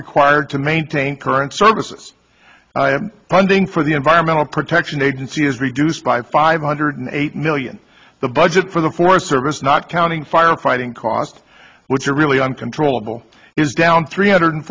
required to maintain current services funding for the environmental protection agency is reduced by five hundred eight million the budget for the forest service not counting fire fighting cost which are really uncontrollable is down three hundred